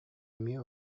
эмиэ